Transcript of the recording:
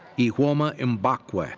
ihuoma mbakwe. ah